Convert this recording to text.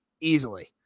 easily